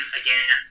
again